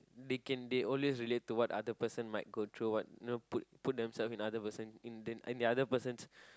they can they always relate to what other person might go through what you know put put them self in other person in then in the other person's